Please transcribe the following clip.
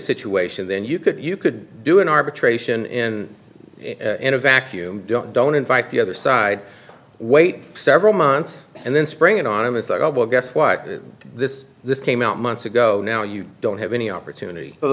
situation then you could you could do an arbitration and in a vacuum don't don't invite the other side wait several months and then spring anonymous i will guess what this this came out months ago now you don't have any opportunity